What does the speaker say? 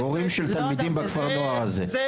הורים של תלמידים בכפר נוער הזה,